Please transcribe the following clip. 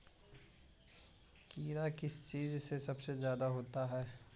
कीड़ा किस चीज से सबसे ज्यादा होता है?